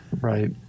Right